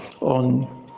on